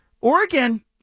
Oregon